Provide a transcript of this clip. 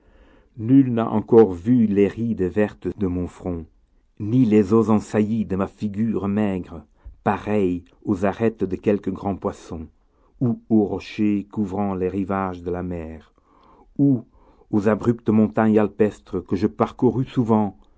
nul n'a encore vu les rides vertes de mon front ni les os en saillie de ma figure maigre pareils aux arêtes de quelque grand poisson ou aux rochers couvrant les rivages de la mer ou aux abruptes montagnes alpestres que je parcourus souvent